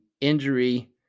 injury